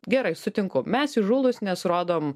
gerai sutinku mes įžūlūs nes rodom